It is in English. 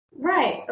Right